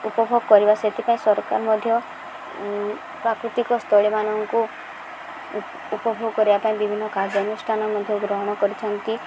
ଉପଭୋଗ କରିବା ସେଥିପାଇଁ ସରକାର ମଧ୍ୟ ପ୍ରାକୃତିକ ସ୍ଥଳୀମାନଙ୍କୁ ଉପଭୋଗ କରିବା ପାଇଁ ବିଭିନ୍ନ କାର୍ଯ୍ୟାନୁଷ୍ଠାନ ମଧ୍ୟ ଗ୍ରହଣ କରିଥାନ୍ତି